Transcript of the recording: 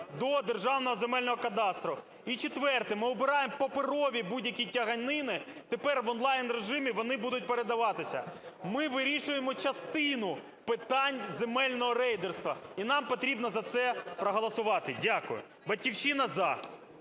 до Державного земельного кадастру. І четверте: ми убираємо паперові будь-які тяганини, тепер в онлайн-режимі вони будуть передаватися. Ми вирішуємо частину питань земельного рейдерства і нам потрібно за це проголосувати. Дякую. "Батьківщина" – за.